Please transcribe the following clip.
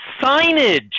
signage